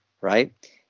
right